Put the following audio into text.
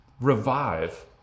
revive